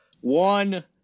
One